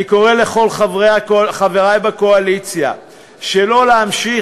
אני קורא לכל חברי בקואליציה שלא להמשיך